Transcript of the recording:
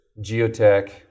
geotech